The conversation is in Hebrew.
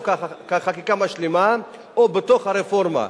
או כחקיקה משלימה או בתוך הרפורמה.